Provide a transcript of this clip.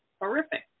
horrific